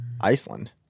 Iceland